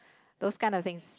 those kind of things